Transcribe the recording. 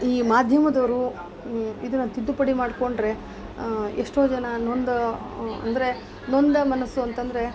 ಈ ಮಾಧ್ಯಮದೋರು ಇದನ್ನು ತಿದ್ದುಪಡಿ ಮಾಡ್ಕೊಂಡರೆ ಎಷ್ಟೋ ಜನ ನೊಂದ ಅಂದರೆ ನೊಂದ ಮನಸ್ಸು ಅಂತಂದರೆ